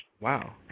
Wow